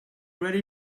ready